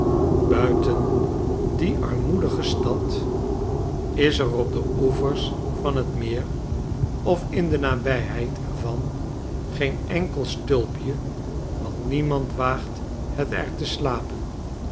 buiten die armoedige stad is er op de oevers van het meer of in de nabijheid er van geen enkel stulpje wantniemand waagt het er